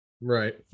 Right